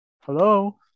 Hello